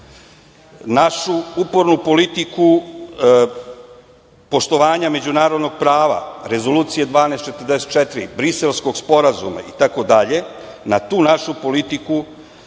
našu upornu politiku poštovanja međunarodnog prava, Rezolucije 1244, Briselskog sporazuma itd, na tu našu politiku